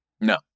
No